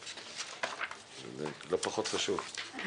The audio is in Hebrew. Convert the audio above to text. זה לא פחות חשוב.